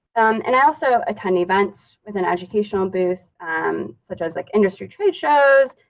and i also attend events with an educational booth um such as like industry trade shows,